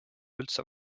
üldse